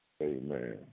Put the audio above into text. Amen